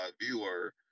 viewer